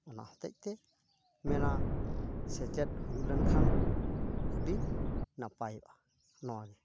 ᱚᱱᱟ ᱦᱚᱛᱮᱡ ᱛᱮ ᱢᱮᱱᱟ ᱥᱮᱪᱮᱫ ᱦᱩᱭ ᱞᱮᱱᱠᱷᱟᱱ ᱟᱹᱰᱤ ᱱᱟᱯᱟᱭᱚᱜᱼᱟ ᱱᱚᱣᱟᱜᱮ